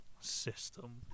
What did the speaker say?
system